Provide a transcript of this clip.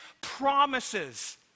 promises